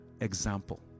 example